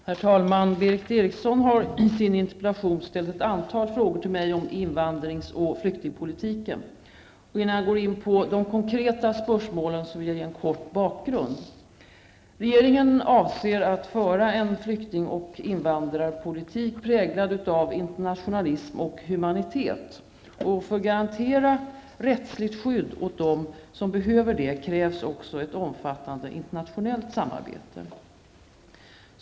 Herr talman! Berith Eriksson har i sin interpellation ställt ett antal frågor till mig om invandrings och flyktingpolitiken. Innan jag går in på de konkreta spörsmålen vill jag ge en kort bakgrund. Regeringen avser att föra en flykting och invandringspolitik präglad av internationalism och humanitet. För att kunna garantera rättsligt skydd åt dem som behöver det, krävs också ett omfattande internationellt samarbete.